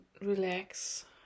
relax